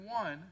one